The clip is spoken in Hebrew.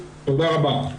תודה רבה.